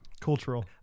Cultural